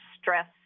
stress